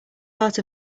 part